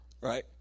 Right